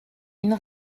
une